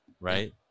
right